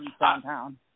downtown